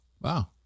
wow